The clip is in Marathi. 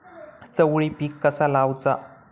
चवळी पीक कसा लावचा?